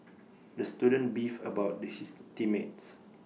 the student beefed about the his team mates